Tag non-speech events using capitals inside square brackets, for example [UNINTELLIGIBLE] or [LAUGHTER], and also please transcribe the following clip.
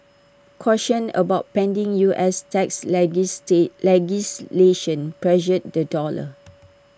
caution about pending U S tax [UNINTELLIGIBLE] legislation pressured the dollar